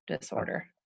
disorder